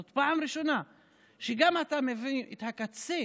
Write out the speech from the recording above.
זאת פעם ראשונה שגם אתה מביא את הקצה